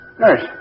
Nurse